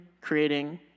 creating